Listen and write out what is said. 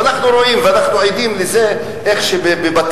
ואנחנו רואים ואנחנו עדים איך בבתי-ספר